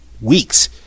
weeks